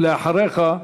אחריך,